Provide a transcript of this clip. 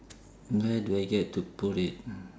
where do I get to put it